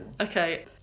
Okay